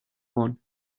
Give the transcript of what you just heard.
one